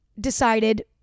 decided